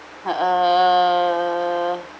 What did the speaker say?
err